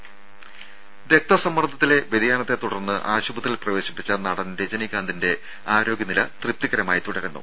രുഭ രക്ത സമ്മർദത്തിലെ വ്യതിയാനത്തെ തുടർന്ന് ആശുപത്രിയിൽ പ്രവേശിപ്പിച്ച നടൻ രജനീകാന്തിന്റെ ആരോഗ്യ നില തൃപ്തികരമായി തുടരുന്നു